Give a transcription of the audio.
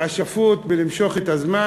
האשפוּת בלמשוך את הזמן,